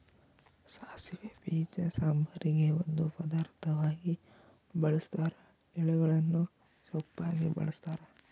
ಸಾಸಿವೆ ಬೀಜ ಸಾಂಬಾರಿಗೆ ಒಂದು ಪದಾರ್ಥವಾಗಿ ಬಳುಸ್ತಾರ ಎಲೆಗಳನ್ನು ಸೊಪ್ಪಾಗಿ ಬಳಸ್ತಾರ